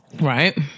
Right